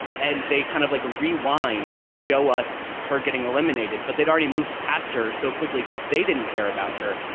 and they kind of like rewind and show us her getting eliminated. but they'd already moved past her so quickly because they didn't care about her.